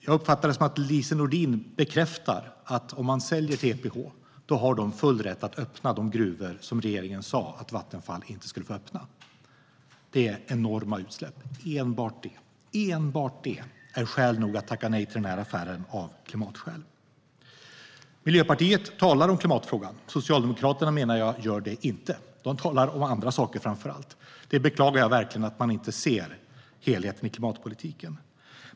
Jag uppfattar det som att Lise Nordin bekräftar att om man säljer till EPH har de full rätt att öppna de gruvor som regeringen sa att Vattenfall inte skulle få öppna. Det är enorma utsläpp, enbart det. Och enbart det är skäl nog till att tacka nej till den här affären av klimatskäl. Miljöpartiet talar om klimatfrågan. Socialdemokraterna menar jag inte gör det - de talar om framför allt andra saker. Jag beklagar verkligen att man inte ser helheten i klimatpolitiken.